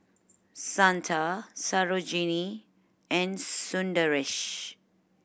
Santha Sarojini and Sundaresh